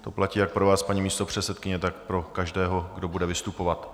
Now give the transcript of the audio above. To platí jak pro vás, paní místopředsedkyně, tak pro každého, kdo bude vystupovat.